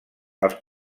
els